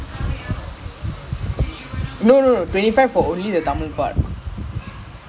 twenty five for what english is it then it uh